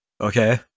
okay